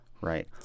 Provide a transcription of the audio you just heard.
Right